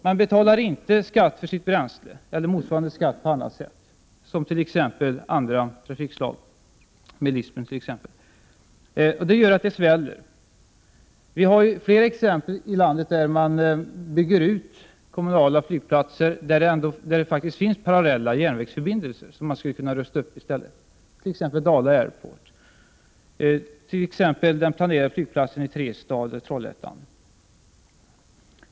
Man betalar inte skatt för bränslet eller avgift på annat sätt, som andra trafikslag, exempelvis bilismen. Detta gör att det sväller. Det finns flera exempel på att man bygger ut kommunala flygplatser på orter i landet där det faktiskt finns parallella järnvägsförbindelser som i stället skulle kunna rustas upp, t.ex. Dala Airport och den planerade flygplatsen i Trestad vid Trollhättan.